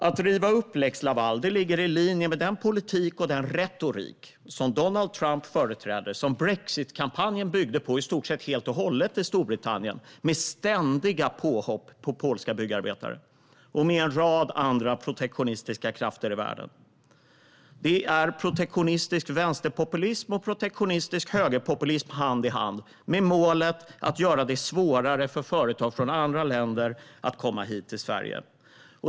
Att riva upp lex Laval ligger i linje med den politik och den retorik som Donald Trump företräder och som brexitkampanjen i Storbritannien i stort sett helt och hållet byggde på, med ständiga påhopp på polska byggarbetare, och med en rad andra protektionistiska krafter i världen. Det är protektionistisk vänsterpopulism och protektionistisk högerpopulism som går hand i hand, med målet att göra det svårare för företag från andra länder att komma hit till Sverige.